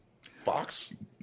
Fox